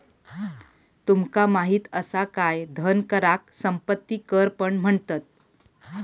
तुमका माहित असा काय धन कराक संपत्ती कर पण म्हणतत?